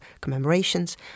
commemorations